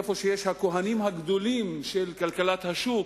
ששם הכוהנים הגדולים של כלכלת השוק,